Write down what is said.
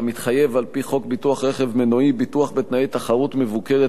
כמתחייב על-פי חוק ביטוח רכב מנועי (ביטוח בתנאי תחרות מבוקרת,